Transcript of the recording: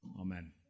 Amen